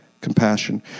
compassion